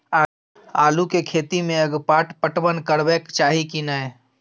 आलू के खेती में अगपाट पटवन करबैक चाही की नय?